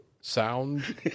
sound